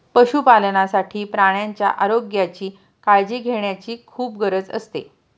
पशुपालनासाठी प्राण्यांच्या आरोग्याची काळजी घेण्याची खूप गरज असते